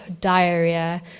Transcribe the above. diarrhea